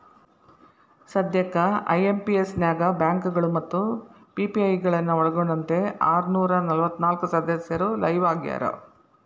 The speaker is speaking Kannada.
ಸದ್ಯಕ್ಕ ಐ.ಎಂ.ಪಿ.ಎಸ್ ನ್ಯಾಗ ಬ್ಯಾಂಕಗಳು ಮತ್ತ ಪಿ.ಪಿ.ಐ ಗಳನ್ನ ಒಳ್ಗೊಂಡಂತೆ ಆರನೂರ ನಲವತ್ನಾಕ ಸದಸ್ಯರು ಲೈವ್ ಆಗ್ಯಾರ